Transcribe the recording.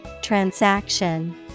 Transaction